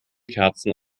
kerzen